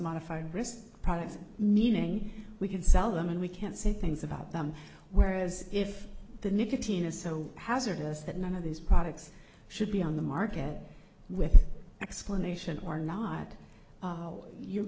modified products meaning we can sell them and we can say things about them whereas if the nicotine is so hazardous that none of these products should be on the market with explanation or not